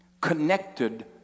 connected